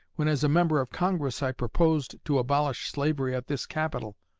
when as a member of congress i proposed to abolish slavery at this capital,